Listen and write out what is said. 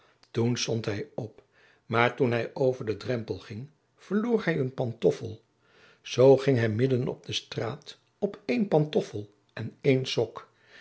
toen stond hij op maar toen hij over den drempel ging verloor hij een pantoffel zoo ging hij midden op de straat op één pantoffel en één sok